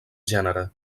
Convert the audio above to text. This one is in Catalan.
gènere